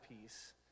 peace